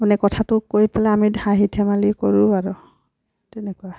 মানে কথাটো কৈ পেলাই আমি হাঁহি ধেমালি কৰোঁ আৰু তেনেকুৱা